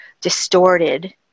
distorted